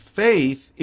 faith